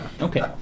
Okay